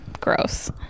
Gross